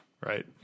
Right